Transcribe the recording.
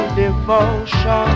devotion